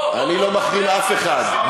אני לא מחרים אף אחד.